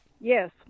Yes